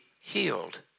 healed